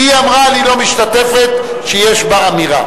כי היא אמרה: אני לא משתתפת, שיש בה אמירה.